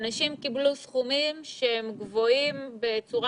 אנשים קיבלו סכומים שהם גבוהים בצורה